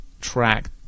track